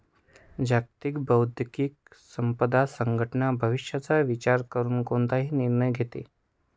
जागतिक बौद्धिक संपदा संघटना भविष्याचा विचार करून कोणताही निर्णय घेते